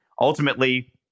Ultimately